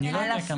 אני לא יודע כמה.